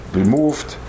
removed